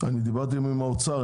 דיברתי עם האוצר.